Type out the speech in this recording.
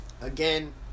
Again